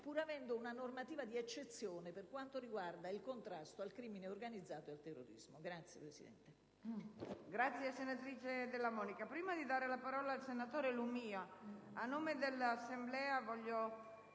pur avendo una normativa d'eccezione per quanto riguarda il contrasto al crimine organizzato e al terrorismo. *(Applausi del